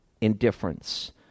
indifference